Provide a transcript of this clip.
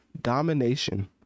domination